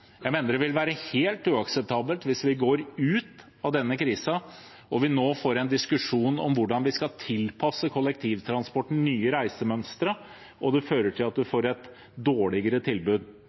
Jeg mener det vil være helt uakseptabelt hvis vi går ut av denne krisen og får en diskusjon om hvordan vi skal tilpasse kollektivtransporten nye reisemønstre, og det fører til at vi får et dårligere tilbud.